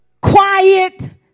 quiet